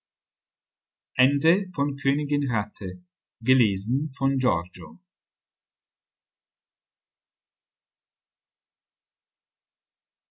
eine königin hatte zur